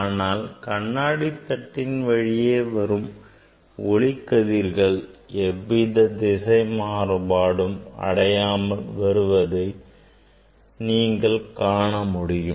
ஆனால் கண்ணாடி தட்டின் வழியே வரும் ஒளிக்கதிர்கள் எவ்வித திசை மாறுபாடும் அடையாமல் வருவதை நீங்கள் காண முடியும்